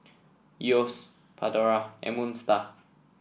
Yeo's Pandora and Moon Star